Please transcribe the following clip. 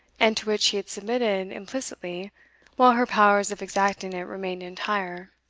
and to which he had submitted implicitly while her powers of exacting it remained entire.